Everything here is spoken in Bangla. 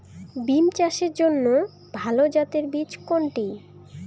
বিম চাষের জন্য ভালো জাতের বীজ কোনটি?